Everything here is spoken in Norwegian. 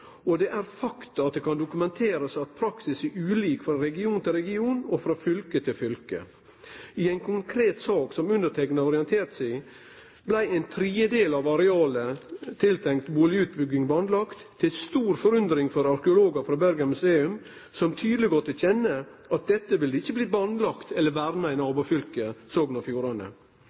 Og det er eit faktum – det kan dokumenterast – at praksis er ulik frå region til region og frå fylke til fylke. I ei konkret sak som underteikna har orientert seg i, blei ein tredjedel av arealet tenkt til bustadutbygging bandlagd, til stor forundring for arkeologar frå Bergen Museum, som tydeleg gav til kjenne at dette ikkje ville blitt bandlagt eller verna i nabofylket Sogn og Fjordane.